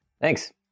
Thanks